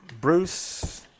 Bruce